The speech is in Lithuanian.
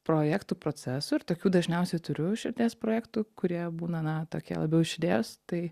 projektų procesų ir tokių dažniausiai turiu širdies projektų kurie būna na tokie labiau iš idėjos tai